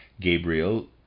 Gabriel